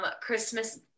Christmas